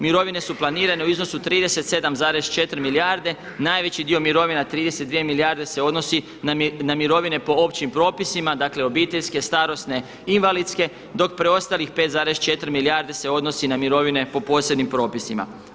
Mirovine su planirane u iznosu 37,4 milijarde, najveći dio mirovina 32 milijarde se odnosi na mirovine po općim propisima, dakle obiteljske, starosne, invalidske dok preostalih 5,4 milijarde se odnosi na mirovine po posebnim propisima.